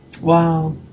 wow